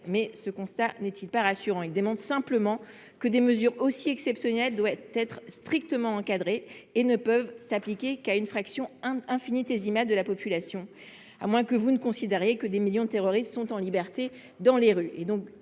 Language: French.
Mais ce constat n’est il pas rassurant ? Il démontre simplement que des mesures aussi exceptionnelles doivent être strictement encadrées et ne sauraient s’appliquer qu’à une fraction infinitésimale de la population, à moins que vous ne considériez que des millions de terroristes sont en liberté dans les rues.